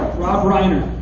rob reiner.